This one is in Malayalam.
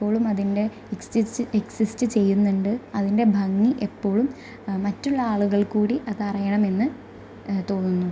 ഇപ്പോളും അതിന്റെ എക്സിസ്റ്റ് എക്സിസ്റ്റ് ചെയ്യുന്നുണ്ട് അതിന്റെ ഭംഗി എപ്പോഴും മറ്റുള്ള ആളുകള്ക്കൂടി അത് അറിയണമെന്ന് തോന്നുന്നു